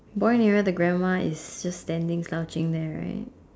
boy nearer the grandma is just standing slouching there right